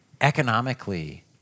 economically